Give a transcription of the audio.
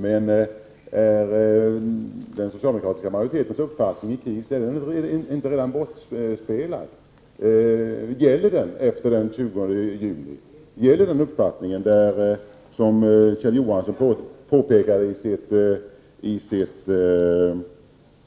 Men är inte den socialdemokratiska majoritetens uppfattning i KIS redan bortspelad? Gäller den efter den 20 juli? Gäller den uppfattning som Kjell Johansson talade om i sitt anförande,